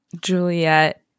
Juliet